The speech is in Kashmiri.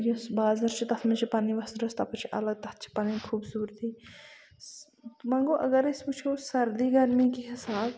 یُس بازر چھُ تَتھ منٛز چھِ پَنٕنۍ وۄس درۄسہٕ تپٲرۍ چھُ اَلگ تَتھ چھُ پَنٕنۍ خوٗبصوٗرتی وۄنۍ گوٚو اَگر أسۍ وٕچھو سردی گرمی کہِ حِسابہٕ